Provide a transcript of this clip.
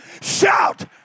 Shout